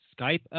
Skype